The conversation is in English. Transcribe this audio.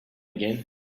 again